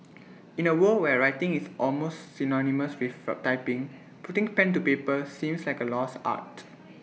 in A world where writing is almost synonymous with typing putting pen to paper seems like A lost art